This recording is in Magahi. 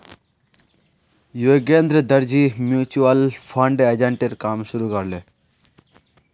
योगेंद्रजी म्यूचुअल फंड एजेंटेर काम शुरू कर ले